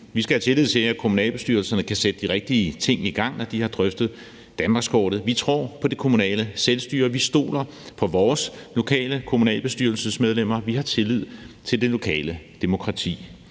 vi skal have tillid til, at kommunalbestyrelserne kan sætte de rigtige ting i gang, når de har drøftet danmarkskortet. Vi tror på det kommunale selvstyre, vi stoler på vores lokale kommunalbestyrelsesmedlemmer, og vi har tillid til det lokale demokrati.